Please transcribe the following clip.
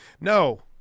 No